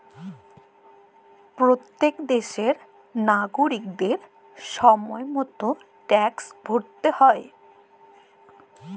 প্যত্তেক দ্যাশের লাগরিকদের সময় মত ট্যাক্সট ভ্যরতে হ্যয়